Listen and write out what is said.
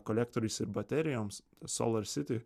kolektoriais ir baterijoms solar city